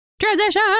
Transition